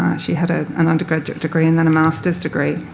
she had ah an undergraduate degree and then a masters degree.